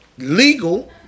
Legal